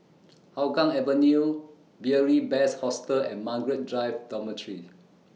Hougang Avenue Beary Best Hostel and Margaret Drive Dormitory